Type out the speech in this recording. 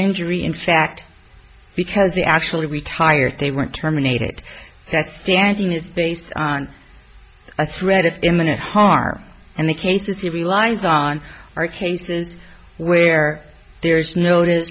injury in fact because they actually retired they weren't terminated that standing is based on a threat of imminent harm and the cases he relies on are cases where there is no to